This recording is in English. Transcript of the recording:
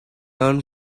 learn